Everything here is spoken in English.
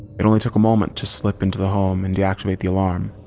it only took a moment to slip into the home and deactivate the alarm.